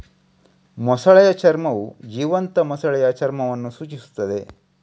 ಮೊಸಳೆಯ ಚರ್ಮವು ಜೀವಂತ ಮೊಸಳೆಯ ಚರ್ಮವನ್ನು ಸೂಚಿಸುತ್ತದೆ